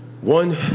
One